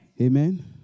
Amen